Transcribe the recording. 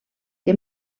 que